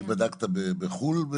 האם בדקת בחו"ל?